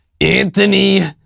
Anthony